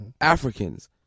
Africans